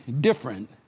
different